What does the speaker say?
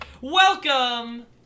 welcome